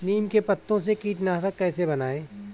नीम के पत्तों से कीटनाशक कैसे बनाएँ?